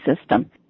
system